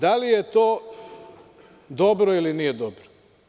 Da li je to dobro ili nije dobro?